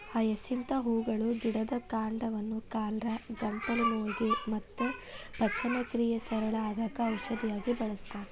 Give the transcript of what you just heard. hyacinth ಹೂಗಳ ಗಿಡದ ಕಾಂಡವನ್ನ ಕಾಲರಾ, ಗಂಟಲು ನೋವಿಗೆ ಮತ್ತ ಪಚನಕ್ರಿಯೆ ಸರಳ ಆಗಾಕ ಔಷಧಿಯಾಗಿ ಬಳಸ್ತಾರ